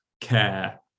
care